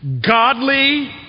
godly